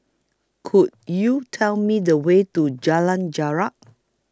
Could YOU Tell Me The Way to Jalan Jarak